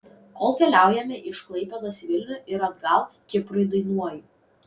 kol keliaujame iš klaipėdos į vilnių ir atgal kiprui dainuoju